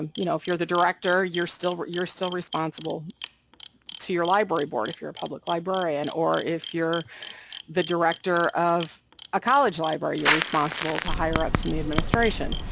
um you know, if you're the director, you're still you're still responsible to your library board if you're a public librarian. or if you're the director of a college library, you're responsible to higher-ups in the administration.